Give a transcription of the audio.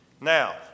Now